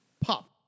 Pop